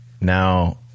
Now